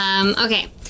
Okay